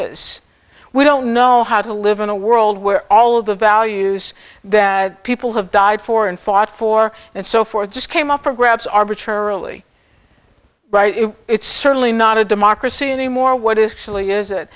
is we don't know how to live in a world where all of the values that people have died for and fought for and so forth just came up for grabs arbitrarily right it's certainly not a democracy anymore what is